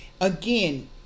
again